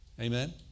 Amen